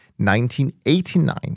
1989